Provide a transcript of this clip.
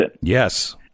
Yes